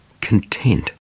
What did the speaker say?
content